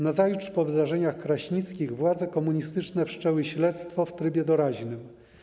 Nazajutrz po wydarzeniach kraśnickich władze komunistyczne wszczęły śledztwo w trybie doraźnym.